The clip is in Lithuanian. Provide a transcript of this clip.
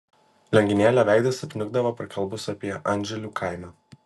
lionginėlio veidas apniukdavo prakalbus apie anžilių kaimą